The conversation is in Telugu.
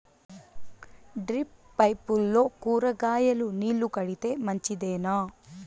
డ్రిప్ పైపుల్లో కూరగాయలు నీళ్లు కడితే మంచిదేనా?